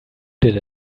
did